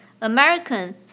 American